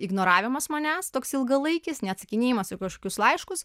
ignoravimas manęs toks ilgalaikis neatsakinėjimas į kažkokius laiškus